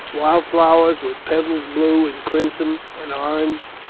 wild flowers, with petals blue and crimson and orange,